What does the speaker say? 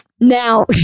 Now